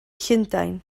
llundain